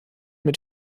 mit